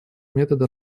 методы